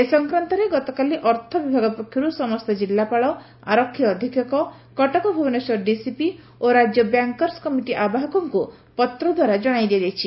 ଏ ସଂକ୍ରାନ୍ଡରେ ଗତକାଲି ଅର୍ଥବିଭାଗ ପକ୍ଷରୁ ସମସ୍ଠ ଜିଲ୍ଲାପାଳ ଆରକ୍ଷି ଅଧିକ୍ଷକ କଟକ ଭୁବନେଶ୍ୱର ଡିସିପି ରାଜ୍ୟ ବ୍ୟାଙ୍କର୍ସ୍ କମିଟି ଆବାହକଙ୍କୁ ପତ୍ର ଦ୍ୱାରା ଜଶାଇ ଦିଆଯାଇଛି